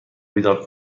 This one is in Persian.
بیدار